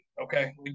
Okay